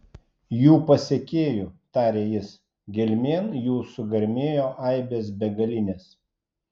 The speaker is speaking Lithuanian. jų pasekėjų tarė jis gelmėn jų sugarmėjo aibės begalinės